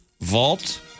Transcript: Vault